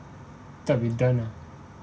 done ah